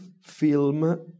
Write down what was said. film